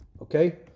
Okay